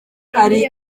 ari